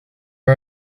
are